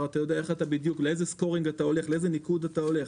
לאיזה סקורינג, לאיזה ניקוד אתה הולך.